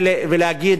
איך אומרים?